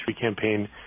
campaign